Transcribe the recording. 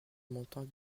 montant